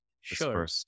Sure